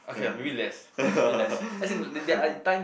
ya